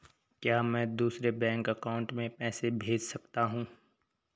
क्या मैं दूसरे बैंक अकाउंट में पैसे भेज सकता हूँ?